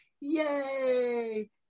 yay